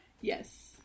Yes